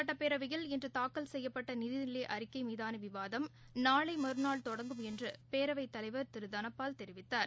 சுட்டப்பேரவையில் இன்றுதாக்கல் செய்யப்பட்டநிதிநிலைஅறிக்கைமீதானவிவாதம் நாளைமறுநாள் தொடங்கும் என்றுபேரவைத்தலைவர் திருதனபால் தெரிவித்தார்